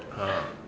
ah